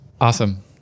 Awesome